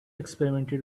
experimented